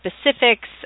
specifics